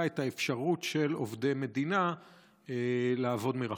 יותר את האפשרות של עובדי מדינה לעבוד מרחוק.